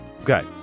okay